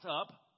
up